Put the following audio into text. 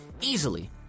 Easily